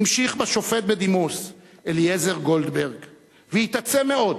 המשיך בשופט בדימוס אליעזר גולדברג והתעצם מאוד